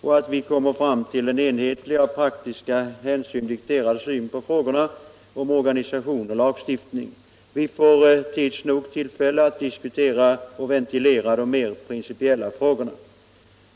så att vi kan komma fram till en enhetlig, av praktiska hänsyn dikterad syn på frågorna om organisation och lagstiftning. Vi får tids nog tillfälle att diskutera och ventilera de mera. principiella frågorna.